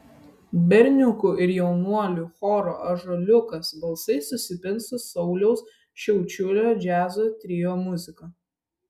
berniukų ir jaunuolių choro ąžuoliukas balsai susipins su sauliaus šiaučiulio džiazo trio muzika